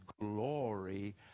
glory